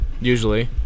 Usually